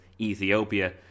Ethiopia